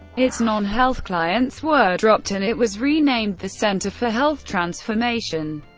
its non-health clients were dropped, and it was renamed the center for health transformation.